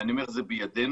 ואני אומר: זה בידינו.